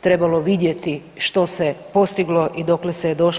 trebalo vidjeti što se postiglo i dokle se je došlo.